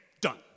done